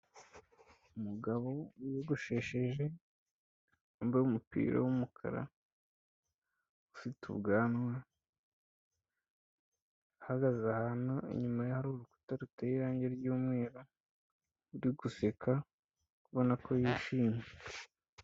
Umugabo wiyogoshesheje wambaye umupira w'umukara ufite ubwanwa, ahagaze ahantu inyuma ye hari urukuta ruteye irange ry'umweru, uri guseka ubona ko yishimye.